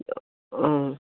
অঁ